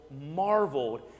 marveled